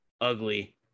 ugly